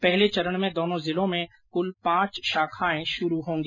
पहले चरण में दोनों जिलों में कुल पांच शाखाएं शुरू होंगी